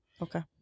Okay